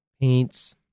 paints